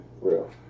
real